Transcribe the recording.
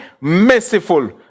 merciful